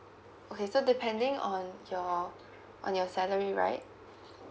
okay so depending on your on your salary right